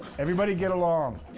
everybody get along.